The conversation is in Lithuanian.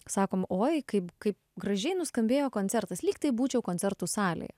sakom oi kaip kaip gražiai nuskambėjo koncertas lyg tai būčiau koncertų salėje